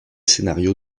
scénario